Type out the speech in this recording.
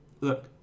Look